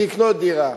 לקנות דירה?